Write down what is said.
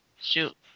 shoot